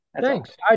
Thanks